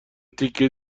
تیکه